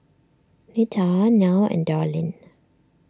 Netta Nile and Darlyne